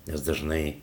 nes dažnai